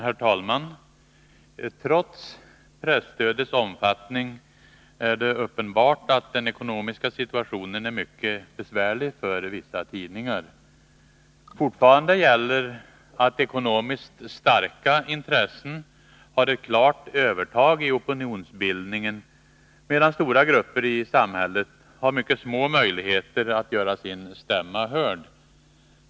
Herr talman! Trots presstödets omfattning är det uppenbart att den ekonomiska situationen är mycket besvärlig för vissa tidningar. Fortfarande gäller att ekonomiskt starka intressen har ett klart övertag i opinionsbildningen, medan stora grupper i samhället har mycket små möjligheter att göra sin stämma hörd.